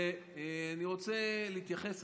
אני רוצה להתייחס,